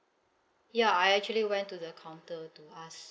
ya I actually went to the counter to ask